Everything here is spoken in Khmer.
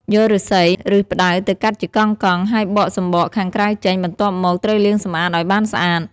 យកឫស្សី ឬផ្តៅទៅកាត់ជាកង់ៗ ហើយបកសម្បកខាងក្រៅចេញ បន្ទាប់មក ត្រូវលាងសម្អាតឲ្យបានស្អាត។